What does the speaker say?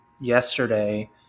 yesterday